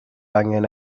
angen